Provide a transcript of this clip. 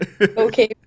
Okay